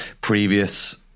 previous